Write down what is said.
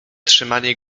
trzymali